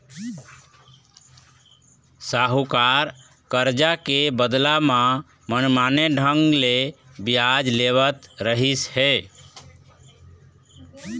साहूकार करजा के बदला म मनमाने ढंग ले बियाज लेवत रहिस हे